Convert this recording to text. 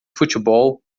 futebol